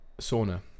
sauna